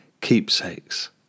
keepsakes